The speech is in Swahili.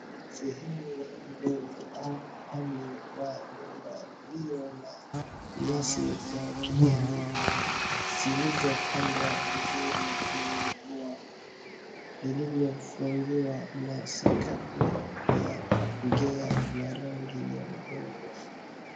Sehemu ya mbele au upande wa nyumba lile, na nyasi za kijani zilizopandwa vizuri kwenye ua lililofungiwa na sakafu ya rangi ya udongo.